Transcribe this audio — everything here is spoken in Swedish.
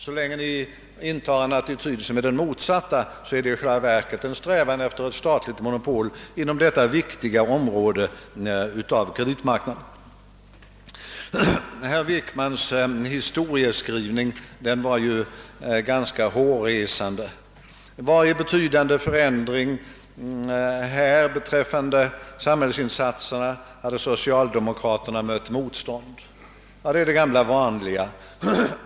Så länge Ni intar den motsatta attityden innebär det i själva verket en strävan efter statligt monopol på detta viktiga område av kreditmarknaden. Herr Wickmans historieskrivning var ganska hårresande. Vid varje betydande förändring av samhällsinsatserna hade socialdemokraterna mött motstånd. Ja, det är det gamla vanliga.